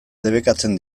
debekatzen